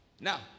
Now